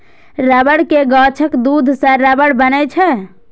रबड़ के गाछक दूध सं रबड़ बनै छै